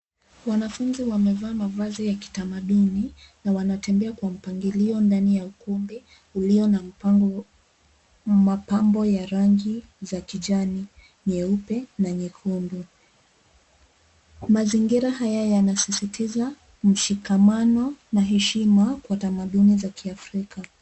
Wanafunzi wamevaa mavazi ya kitamaduni na wanatembea kwa mpangilio ndani ya ukumbi ulio na mapambo ya rangi za kijani, nyeupe na nyekundu. Mazingira haya yanasisitiza mshikamano na heshima kwa tamaduni za kiafrika.